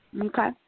Okay